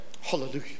Hallelujah